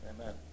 Amen